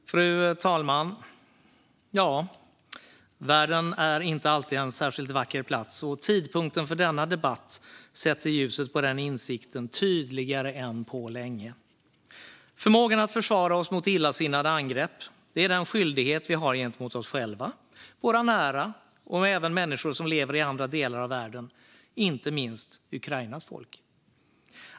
Strategisk export-kontroll 2021 - krigsmateriel och produkter med dubbla användningsområden Fru talman! Världen är inte alltid en särskilt vacker plats, och tidpunkten för denna debatt sätter ljuset på den insikten tydligare än på länge. Förmågan att försvara oss mot illasinnade angrepp är en skyldighet vi har gentemot oss själva, gentemot våra nära och även gentemot människor som lever i andra delar av världen - inte minst Ukrainas folk.